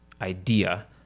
idea